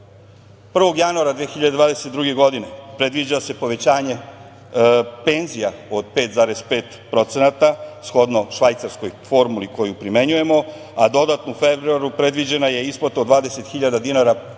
1. januara 2022. godine predviđa se povećanje penzija od 5,5% shodno švajcarskoj formuli koju primenjujemo, a dodatno u februaru predviđena je isplata od 20.000 dinara penzionerima,